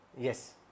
Yes